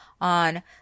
on